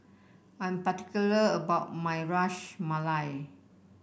I am particular about my Ras Malai